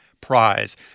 prize